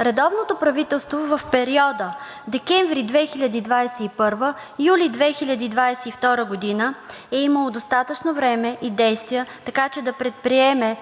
Редовното правителство в периода декември 2021-юли 2022 г. е имало достатъчно време и действия, така че да предприеме